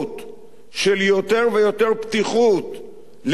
של יותר ויותר פתיחות להשתלבות